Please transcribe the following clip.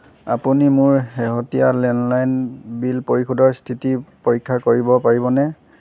আপুনি মোৰ শেহতীয়া লেণ্ডলাইন বিল পৰিশোধৰ স্থিতি পৰীক্ষা কৰিব পাৰিবনে